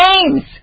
names